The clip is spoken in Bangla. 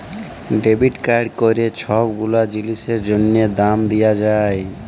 ডেবিট কাড়ে ক্যইরে ছব গুলা জিলিসের জ্যনহে দাম দিয়া যায়